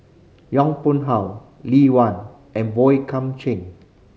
Yong Pung How Lee Wen and Boey Kam Cheng